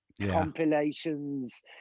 compilations